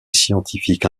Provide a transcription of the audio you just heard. scientifique